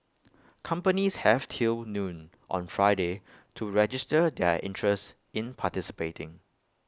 companies have till noon on Friday to register their interest in participating